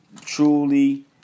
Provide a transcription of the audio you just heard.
truly